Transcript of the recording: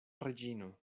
reĝino